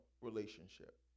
relationship